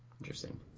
Interesting